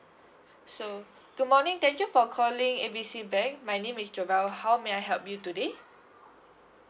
so good morning thank you for calling A B C bank my name is jeval how may I help you today